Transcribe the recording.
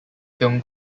film